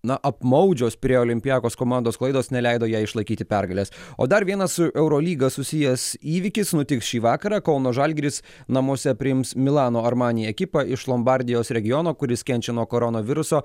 na apmaudžios pirėjo olympiakos komandos klaidos neleido jai išlaikyti pergalės o dar vienas su eurolyga susijęs įvykis nutiks šį vakarą kauno žalgiris namuose priims milano armani ekipą iš lombardijos regiono kuris kenčia nuo koronaviruso